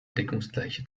deckungsgleiche